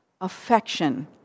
affection